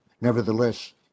nevertheless